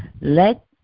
Let